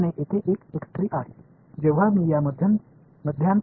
மாணவர் சரிவரும் நான் என்ன பெறுவேன்